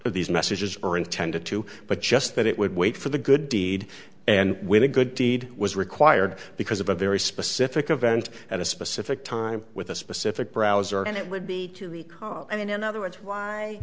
out these messages or intended to but just that it would wait for the good deed and when a good deed was required because of a very specific event at a specific time with a specific browser and it would be to recall and in other words why